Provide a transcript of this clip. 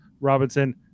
Robinson